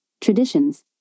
traditions